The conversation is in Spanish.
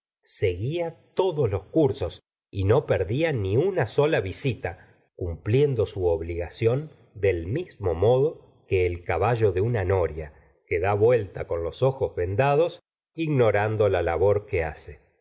seguía todos los cursos y no perdía ni una sola visita cumpliendo su obligación del mismo modo que el caballo de una noria que da vueltas con los ojos vendados ignorando la labor que hace